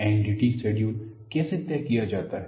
NDT schedule कैसे तय किया जाता है